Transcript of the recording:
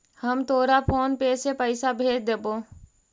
हम तोरा PhonePe से पईसा भेज देबो